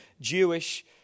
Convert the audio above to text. Jewish